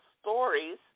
stories